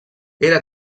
era